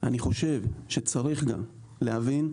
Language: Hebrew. צריך להבין,